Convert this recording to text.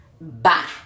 bye